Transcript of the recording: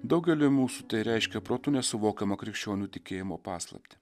daugeliui mūsų tai reiškia protu nesuvokiamą krikščionių tikėjimo paslaptį